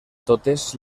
totes